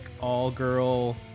all-girl